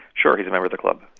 sure, he's a member of the club.